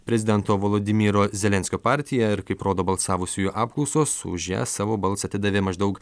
prezidento volodymyro zelenskio partija ir kaip rodo balsavusiųjų apklausos už ją savo balsą atidavė maždaug